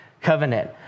covenant